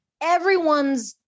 everyone's